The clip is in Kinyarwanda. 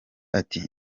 ati